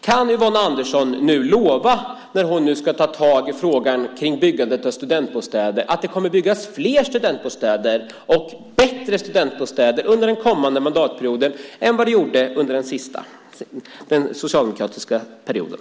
Kan Yvonne Andersson lova, när hon nu ska ta tag i frågan om byggandet av studentbostäder, att det kommer att byggas fler och bättre studentbostäder under den innevarande mandatperioden än vad fallet var under den socialdemokratiska perioden?